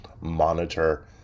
monitor